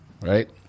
Right